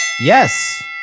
Yes